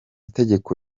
itegeko